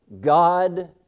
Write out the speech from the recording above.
God